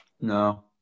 No